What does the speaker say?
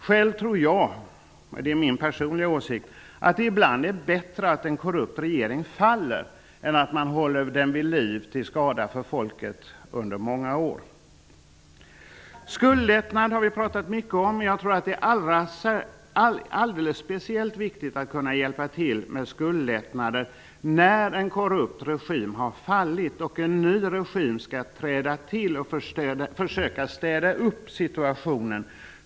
Själv tror jag -- det är min personliga åsikt -- att det ibland är bättre att en korrupt regering faller än att man håller den vid liv till skada för folket under många år. Skuldlättnad har vi talat mycket om. Jag tror att det är alldeles speciellt viktigt att kunna hjälpa till med skuldlättnader när en korrupt regim har fallit och en ny regim skall träda till och försöka städa upp situationen.